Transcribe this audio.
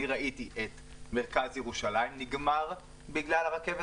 אני ראיתי את מרכז ירושלים נגמר בגלל הרכבת